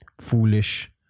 Foolish